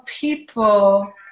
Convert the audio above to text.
people